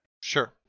Sure